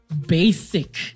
basic